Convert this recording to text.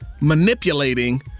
manipulating